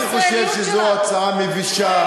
אני חושב שזו הצעה מבישה,